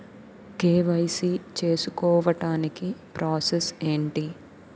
KYC చేసుకోవటానికి process ఏంటి?